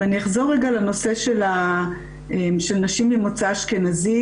אם אני אחזור רגע לנושא של נשים ממוצא אשכנזי,